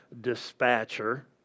dispatcher